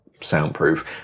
soundproof